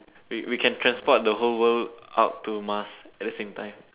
we we can transport the whole world out to Mars at the same time